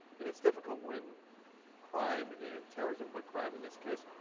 and it's difficult when crime and terrorism, but crime, in this case,